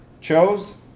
Chose